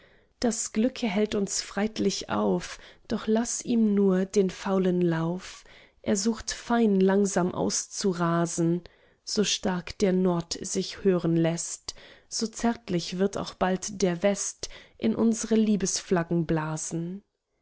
das glücke hält uns freilich auf doch laß ihm nur den faulen lauf es sucht fein langsam auszurasen so stark der nord sich hören läßt so zärtlich wird auch bald der west in unsre liebesflaggen blasen